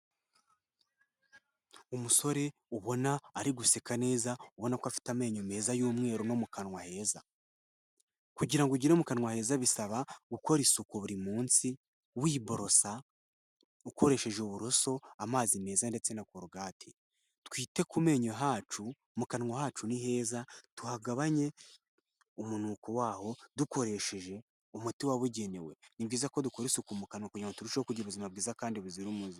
Umusore ubona ariguseka neza, ubona ko afite amenyo meza y'umweru no mu kanwa heza. Kugira ngo ugire mu kanwa heza bisaba gukora isuku buri munsi, wiborosa ukoresheje uburoso, amazi meza ndetse na Colgate. Twite ku menyo hacu, mu kanwa hacu ni heza. Tuhagabanye umunuko waho dukoresheje umuti wabugenewe. Ni byiza ko dukora isuku mu kanwa kugira ngo turusheho kugira ubuzima bwiza kandi buzira umuze.